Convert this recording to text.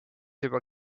juba